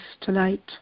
tonight